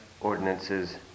ordinances